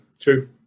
true